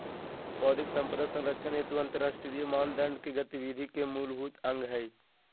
बौद्धिक संपदा संरक्षण हेतु अंतरराष्ट्रीय मानदंड के गतिविधि के मूलभूत अंग हइ